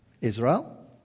Israel